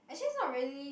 actually it's not really